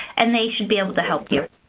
and they should be able to help you.